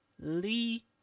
Lee